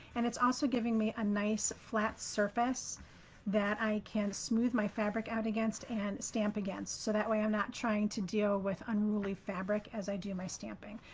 and it's also giving me a nice flat surface that i can smooth my fabric out against and stamp against. so that way, i'm not trying to deal with unruly fabric as i do my stamping.